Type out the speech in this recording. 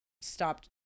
stopped